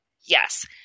Yes